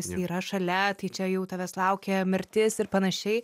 jis yra šalia tai čia jau tavęs laukia mirtis ir panašiai